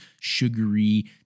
sugary